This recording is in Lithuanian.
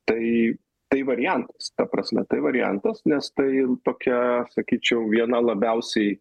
tai tai variantas ta prasme tai variantas nes tai tokia sakyčiau viena labiausiai